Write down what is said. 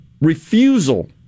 refusal